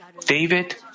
David